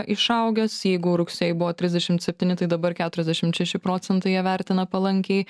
išaugęs jeigu rugsėjį buvo trisdešimt septyni tai dabar keturiasdešimt šeši procentai ją vertina palankiai